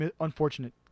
unfortunate